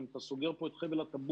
אם אתה סוגר פה את חבל הטבור,